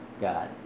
God